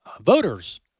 voters